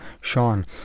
sean